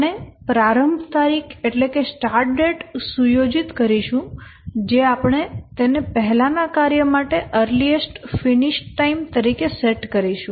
આપણે પ્રારંભ તારીખ સુયોજિત કરીશું જે આપણે તેને પહેલાના કાર્ય માટે અર્લીએસ્ટ ફિનિશ ટાઈમ તરીકે સેટ કરીશું